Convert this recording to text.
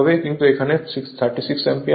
কিন্তু এখানে 36 অ্যাম্পিয়ার আছে